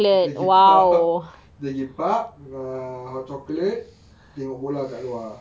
kita pergi pub pergi pub err hot chocolate tengok bola kat luar